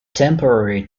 temporary